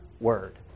word